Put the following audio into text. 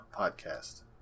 Podcast